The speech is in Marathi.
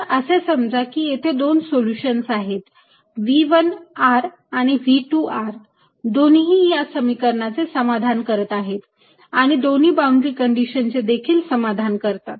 तर असे समजा की येथे दोन सोल्युशन्स आहेत V1 r आणि V2 r दोन्हीही या समीकरणाचे समाधान करतात आणि दोन्ही बाउंड्री कंडिशन चे देखील समाधान करतात